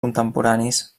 contemporanis